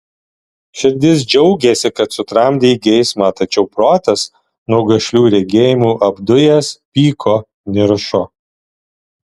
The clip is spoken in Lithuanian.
širdis džiaugėsi kad sutramdei geismą tačiau protas nuo gašlių regėjimų apdujęs pyko niršo